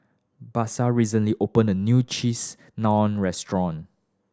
Basil recently open a new Cheese Naan Restaurant